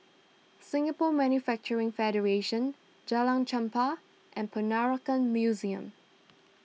Singapore Manufacturing Federation Jalan Chempah and Peranakan Museum